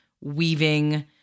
weaving